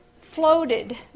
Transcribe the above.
floated